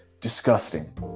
disgusting